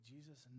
Jesus